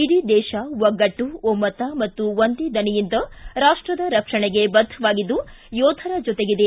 ಇಡೀ ದೇತ ಒಗ್ಗಟ್ಟು ಒಮ್ಮತ ಮತ್ತು ಒಂದೇ ದನಿಯಿಂದ ರಾಷ್ಟದ ರಕ್ಷಣೆಗೆ ಬದ್ಧವಾಗಿದ್ದು ಯೋಧರ ಜೊತೆಗಿದೆ